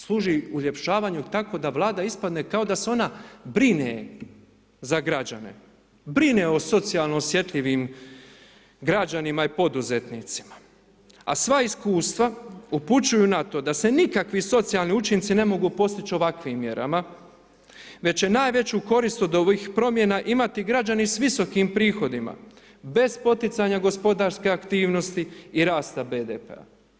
Služi uljepšavanju, tako da vlada ispadne tako da se ona brine za građane, brine o socijalno osjetljivim građanima i poduzetnicima, a sva iskustva, upućuju na to da se nikakvi socijalni učinci ne mogu postići ovakvim mjerama, već će najveću korist od ovih promjena imati građani s visokim prihodima, bez poticanja gospodarske aktivnosti i rasa BDP-a.